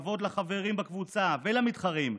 כבוד לחברים בקבוצה ולמתחרים,